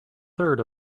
third